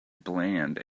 bland